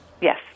Yes